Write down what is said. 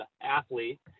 athlete